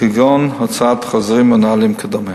כגון הוצאת חוזרים או נהלים וכדומה.